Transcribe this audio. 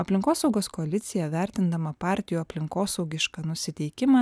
aplinkosaugos koalicija vertindama partijų aplinkosaugišką nusiteikimą